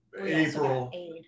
April